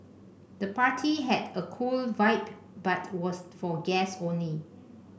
the party had a cool vibe but was for guests only